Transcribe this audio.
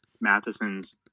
Matheson's